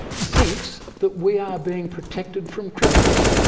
thinks that we are being protected from criminals.